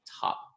top